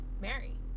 Mary